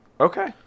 okay